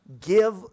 give